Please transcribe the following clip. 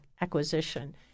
acquisition